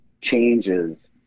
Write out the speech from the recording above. changes